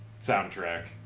soundtrack